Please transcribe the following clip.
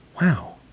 Wow